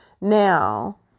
now